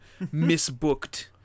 misbooked